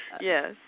Yes